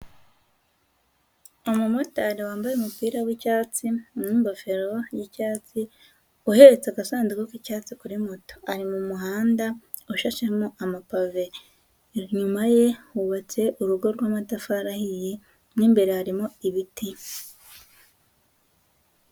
Umumotari wambaye umupira w'icyatsi n'ingofero y'icyatsi uhetse agasanduku k'icyatsi kuri moto, ari mu muhanda ushashemo amapave, inyuma ye hubatse urugo rw'amatafari ahiye, mo imbere harimo ibiti.